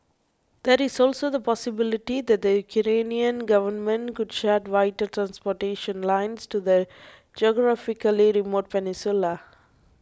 that is also the possibility that the Ukrainian government could shut vital transportation lines to the geographically remote peninsula